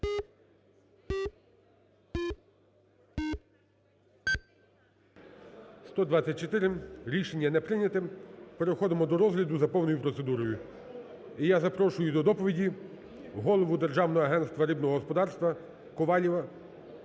За-124 Рішення не прийняте. Переходимо до розгляду за повною процедурою. І я запрошую до доповіді голову Державного агентства рибного господарства Коваліва